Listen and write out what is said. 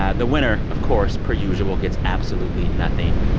ah the winner, of course, per usual, gets absolutely nothing.